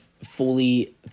fully